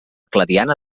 clariana